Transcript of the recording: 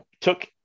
took